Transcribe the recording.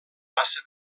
massa